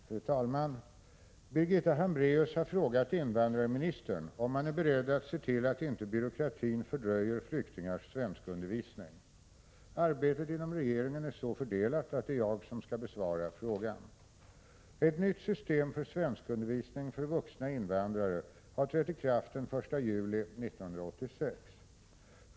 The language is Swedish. Fru talman! Birgitta Hambraeus har frågat invandrarministern om han är beredd att se till att inte byråkratin fördröjer flyktingars svenskundervisning. Arbetet inom regeringen är så fördelat att det är jag som skall besvara frågan. Ett nytt system för svenskundervisning för vuxna invandrare har trätt i kraft den 1 juli 1986.